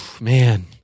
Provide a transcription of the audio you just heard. Man